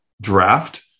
draft